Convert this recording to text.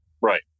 Right